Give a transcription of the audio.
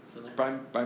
是 meh